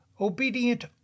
obedient